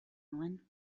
nuen